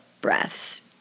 breaths